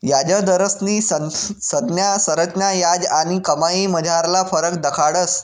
याजदरस्नी संज्ञा संरचना याज आणि कमाईमझारला फरक दखाडस